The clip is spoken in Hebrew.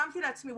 רשמתי לעצמי.